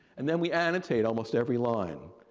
and then, we annotate almost every line,